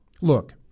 look